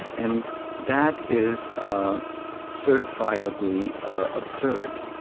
and that is certifiably absurd.